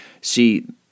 See